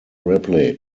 ripley